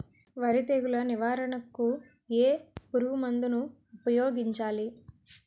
వరి తెగుల నివారణకు ఏ పురుగు మందు ను ఊపాయోగించలి?